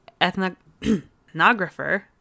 ethnographer